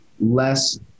less